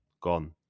gone